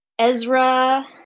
Ezra